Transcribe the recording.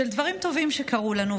של דברים טובים שקרו לנו.